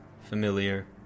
familiar